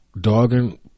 dogging